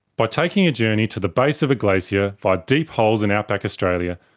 by taking a journey to the base of a glacier yeah via deep holes in outback australia,